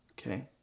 okay